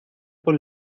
con